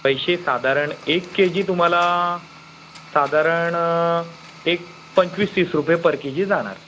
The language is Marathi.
पैसे साधारण एक केजी तुम्हाला साधारण एक पंचवीस तीस रुपये पर केजी जाणार